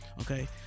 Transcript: Okay